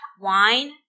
wine